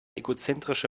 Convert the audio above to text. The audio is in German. egozentrische